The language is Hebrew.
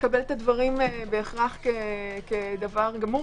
לקבל את הדברים כדבר גמור,